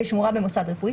"ושמורה במוסד רפואי,